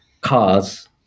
cars